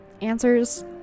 answers